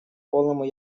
полному